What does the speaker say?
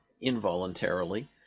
involuntarily